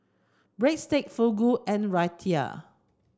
Breadstick Fugu and Raita